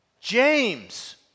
James